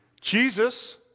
Jesus